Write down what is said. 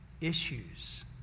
issues